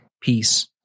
peace